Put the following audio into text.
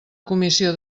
comissió